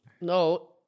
No